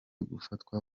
gufatwa